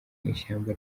ishyamba